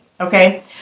Okay